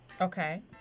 Okay